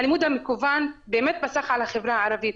הלימוד המקוון, באמת פסח על החברה הערבית.